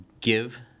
give